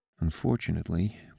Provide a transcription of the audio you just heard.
Unfortunately